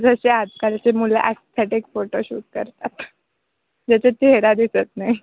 जशी आजकालची मुलं ॲस्थेटिक फोटोशूट करतात ज्याच्यात चेहरा दिसत नाही